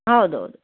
ಹೌದು ಹೌದು